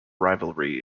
rivalry